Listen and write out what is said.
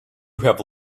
have